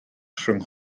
rhwng